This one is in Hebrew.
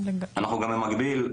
אנחנו גם במקביל,